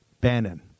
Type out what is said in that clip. Bannon